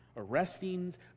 arrestings